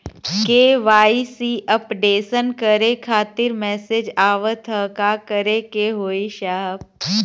KYC updation करें खातिर message आवत ह का करे के होई साहब?